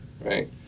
right